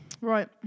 Right